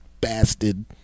bastard